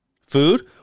Food